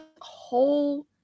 whole